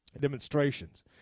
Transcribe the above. demonstrations